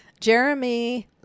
Jeremy